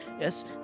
Yes